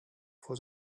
for